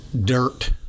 dirt